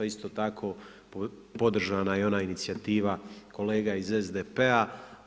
Isto tako podržana je i ona inicijativa kolega iz SDP-a.